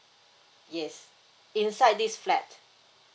yes inside this flat